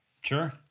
Sure